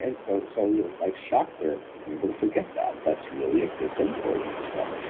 and so so, you're a life shock therapy. you've been able to forget that. that's really a good thing for you. so,